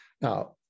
Now